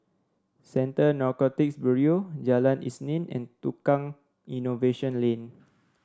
Central Narcotics Bureau Jalan Isnin and Tukang Innovation Lane